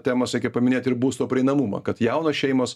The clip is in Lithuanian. temos reikia paminėt ir būsto prieinamumą kad jaunos šeimos